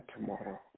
tomorrow